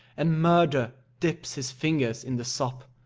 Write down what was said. and murder dips his fingers in the sop.